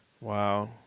Wow